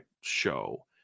show